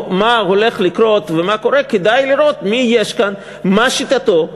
הוא אחד מהאבות המייסדים של השיטה המתוחכמת,